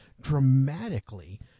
dramatically